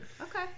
Okay